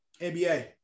NBA